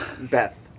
Beth